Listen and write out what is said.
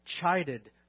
chided